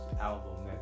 album